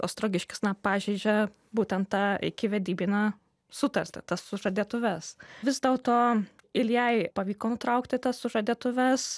ostrogiškis na pažeidžia būtent tą ikivedybinę sutartį tas sužadėtuves vis dėlto iljai pavyko nutraukti tas sužadėtuves